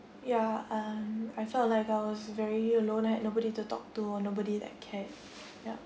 ya um I felt like I was very alone had nobody to talk to and nobody that can ya